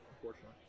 unfortunately